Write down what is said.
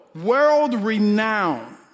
world-renowned